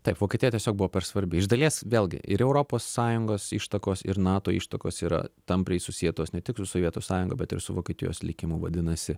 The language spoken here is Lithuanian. taip vokietija tiesiog buvo per svarbi iš dalies vėlgi ir europos sąjungos ištakos ir nato ištakos yra tampriai susietos ne tik su sovietų sąjunga bet ir su vokietijos likimu vadinasi